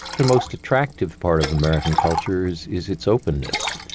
the most attractive part of american culture is is its openness.